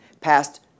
passed